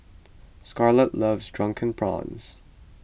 Scarlet loves Drunken Prawns